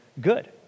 good